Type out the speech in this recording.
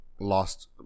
lost